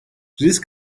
risk